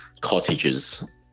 cottages